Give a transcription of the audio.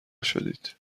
شدید